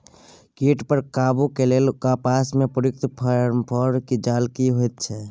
कीट पर काबू के लेल कपास में प्रयुक्त फेरोमोन जाल की होयत छै?